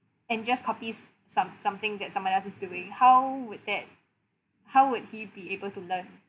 and just copies some something that somebody else is doing how would that how would he be able to learn